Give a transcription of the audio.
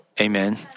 Amen